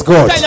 God